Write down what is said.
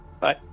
bye